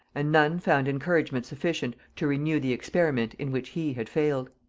and none found encouragement sufficient to renew the experiment in which he had failed.